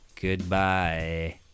Goodbye